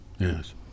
yes